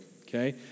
okay